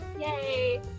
Yay